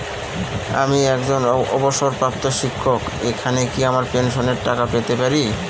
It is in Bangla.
আমি একজন অবসরপ্রাপ্ত শিক্ষক এখানে কি আমার পেনশনের টাকা পেতে পারি?